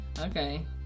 Okay